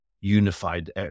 unified